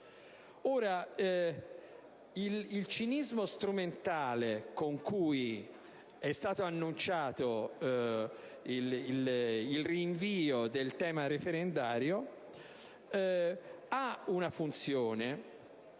il cinismo strumentale con cui è stato annunciato il rinvio del tema referendario ha la funzione